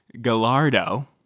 Gallardo